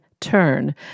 turn